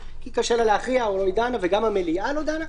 כי קשה לה להכריע או היא לא דנה וגם המליאה לא דנה,